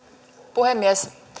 puhemies